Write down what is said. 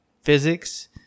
physics